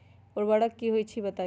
उर्वरक की होई छई बताई?